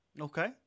Okay